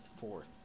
fourth